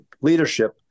leadership